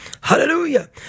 Hallelujah